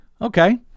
Okay